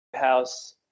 House